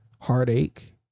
heartache